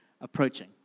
approaching